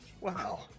Wow